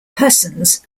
persons